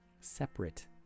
separate